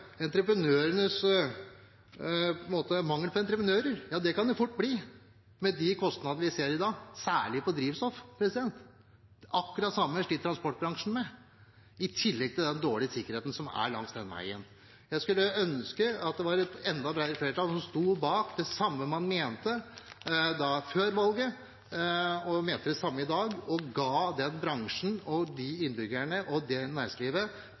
kan det fort bli med de kostnadene vi ser i dag, særlig på drivstoff. Akkurat det samme sliter transportbransjen med, i tillegg til den dårlige sikkerheten som er langs den veien. Jeg skulle ønske det var et enda bredere flertall som sto bak det man mente før valget, at de mente det samme i dag, og ga bransjen, innbyggerne og næringslivet den veien de hadde trengt, og det